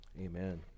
Amen